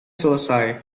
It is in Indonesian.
selesai